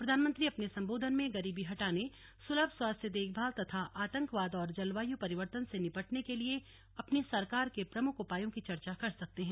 प्रधानमंत्री अपने संबोधन में गरीबी हटाने सुलभ स्वास्थ्य देखभाल तथा आतंकवाद और जलवायु परिवर्तन से निपटने के लिए अपनी सरकार के प्रमुख उपायों की चर्चा कर सकते हैं